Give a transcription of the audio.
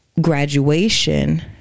graduation